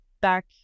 back